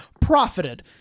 Profited